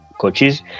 coaches